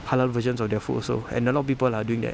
halal versions of their food also and a lot of people are doing that